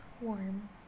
warm